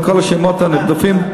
כל השמות הנרדפים.